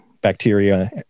bacteria